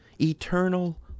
eternal